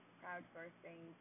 crowdsourcing